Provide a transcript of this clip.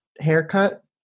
haircut